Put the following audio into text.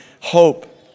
hope